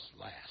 last